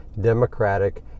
democratic